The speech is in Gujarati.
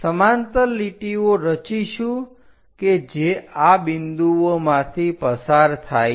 સમાંતર લીટીઓ રચીશું કે જે આ બિંદુઓમાંથી પસાર થાય છે